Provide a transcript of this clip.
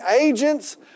agents